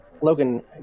Logan